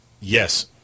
yes